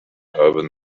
urban